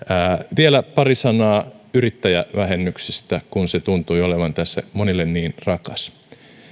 vielä pari sanaa yrittäjävähennyksestä kun se tuntui olevan tässä monille niin rakas